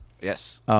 Yes